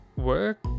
work